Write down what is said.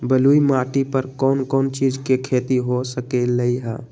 बलुई माटी पर कोन कोन चीज के खेती हो सकलई ह?